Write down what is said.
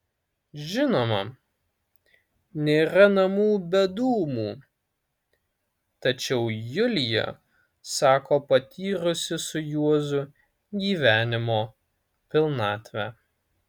žinoma nėra namų be dūmų tačiau julija sako patyrusi su juozu gyvenimo pilnatvę